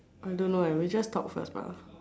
I don't know eh we just talk first lah